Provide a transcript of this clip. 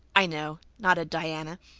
i know, nodded diana.